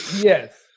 yes